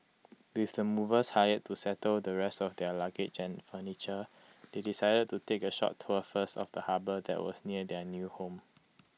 with the movers hired to settle the rest of their luggage and furniture they decided to take A short tour first of the harbour that was near their new home